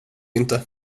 inte